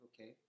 okay